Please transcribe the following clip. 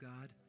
God